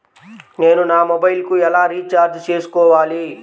నేను నా మొబైల్కు ఎలా రీఛార్జ్ చేసుకోవాలి?